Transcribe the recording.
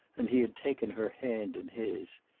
and he had taken her hand in his.